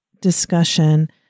discussion